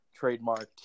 trademarked